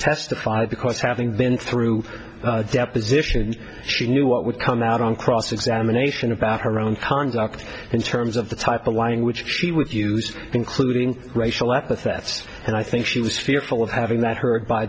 testify because having been through a deposition and she knew what would come out on cross examination about her own conduct in terms of the type of language she would use including racial epithets and i think she was fearful of having that heard by